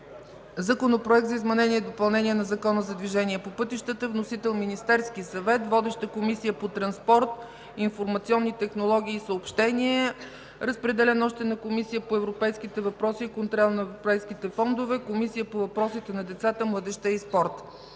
Законопроект за изменение и допълнение на Закона за движението по пътищата. Вносител е Министерският съвет. Водеща е Комисията по транспорт, информационни технологии и съобщения. Разпределен е още на Комисията по европейските въпроси и контрол на европейските фондове, Комисията по въпросите на децата, младежта и спорта.